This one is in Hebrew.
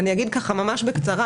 אגיד ממש בקצרה.